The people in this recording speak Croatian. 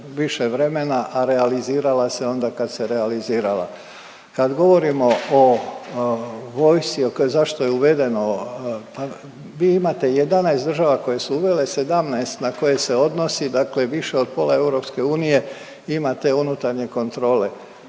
više vremena, a realizirala se onda kad se realizirala. Kad govorimo o vojsci zašto je uvedeno, vi imate 11 država koje su uvele, 17 na koje se odnosi, dakle više od pola EU ima te unutarnje kontrole,